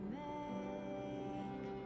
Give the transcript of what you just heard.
make